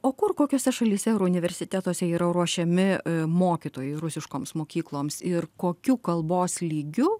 o kur kokiose šalyse ar universitetuose yra ruošiami mokytojai rusiškoms mokykloms ir kokiu kalbos lygiu